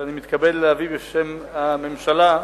שאני מתכבד להביא בשם הממשלה,